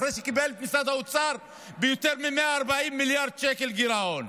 אחרי שקיבל את משרד האוצר עם יותר מ-140 מיליארד שקל גירעון.